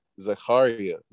Zachariah